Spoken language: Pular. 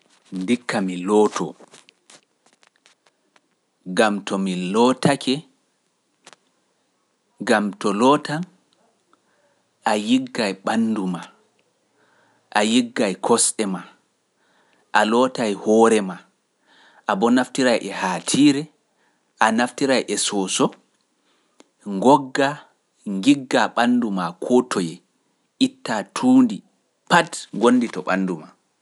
Ndikka mi looto, ngam to mi lootake, ngam to lootan, a yiggaay ɓanndu maa, a yiggaay kosɗe maa, a lootay hoore maa, a boo naftira e haatiire, a naftira e sooso, ngooga, njiggaa ɓanndu maa koo toye, ittaa tuundi, pad ngondi to ɓanndu maa.